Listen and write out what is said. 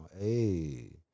Hey